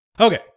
Okay